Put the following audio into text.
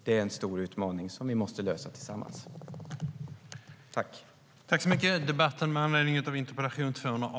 Det är en stor utmaning som vi måste lösa tillsammans.